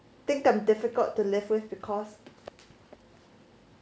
think I'm difficult to live with because